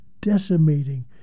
decimating